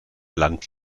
land